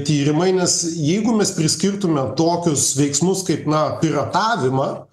tyrimai nes jeigu mes priskirtume tokius veiksmus kaip na piratavimą